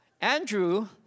Andrew